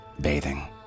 Bathing